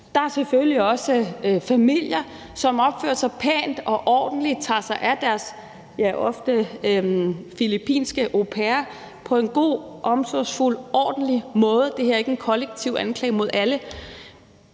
Der er selvfølgelig også familier, som opfører sig pænt og ordentligt og tager sig af deres ofte filippinske au-pair på en god, omsorgsfuld og ordentlig måde. Det her er ikke en kollektiv anklage mod alle.